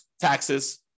taxes